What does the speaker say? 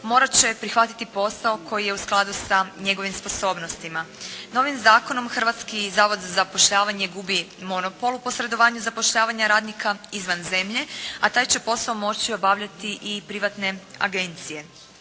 morati će prihvatiti posao koji je u skladu sa njegovim sposobnostima. Novim zakonom Hrvatski zavod za zapošljavanje gubi monopol u posredovanju zapošljavanja radnika izvan zemlje, a taj će posao moći obavljati i privatne agencije.